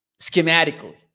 Schematically